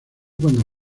cuando